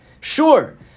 Sure